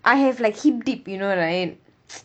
I have like Hip Dip you know right